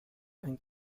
and